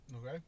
Okay